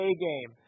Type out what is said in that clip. A-game